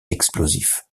explosifs